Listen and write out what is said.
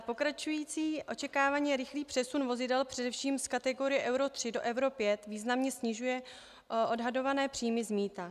Pokračující očekávaně rychlý přesun vozidel především z kategorie Euro 3 do Euro 5 významně snižuje odhadované příjmy z mýta.